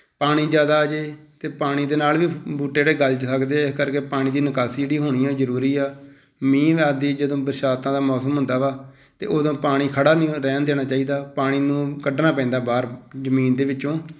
ਪਾਣੀ ਜ਼ਿਆਦਾ ਆ ਜਾਵੇ ਤਾਂ ਪਾਣੀ ਦੇ ਨਾਲ਼ ਵੀ ਬੂਟੇ ਜਿਹੜੇ ਗਲ਼ ਸਕਦੇ ਇਸ ਕਰਕੇ ਪਾਣੀ ਦੀ ਨਿਕਾਸੀ ਜਿਹੜੀ ਹੋਣੀ ਉਹ ਜ਼ਰੂਰੀ ਆ ਮੀਂਹ ਆਦਿ ਜਦੋਂ ਬਰਸਾਤਾਂ ਦਾ ਮੌਸਮ ਹੁੰਦਾ ਵਾ ਅਤੇ ਉਦੋਂ ਪਾਣੀ ਖੜ੍ਹਾ ਨਹੀਂ ਰਹਿਣ ਦੇਣਾ ਚਾਹੀਦਾ ਪਾਣੀ ਨੂੰ ਕੱਢਣਾ ਪੈਂਦਾ ਬਾਹਰ ਜ਼ਮੀਨ ਦੇ ਵਿੱਚੋਂ